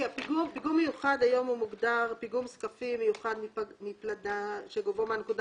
"פיגום מיוחד" היום מוגדר: "פיגום זקפים מיוחד מפלדה שגובהו מהנקודה